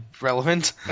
relevant